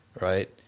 Right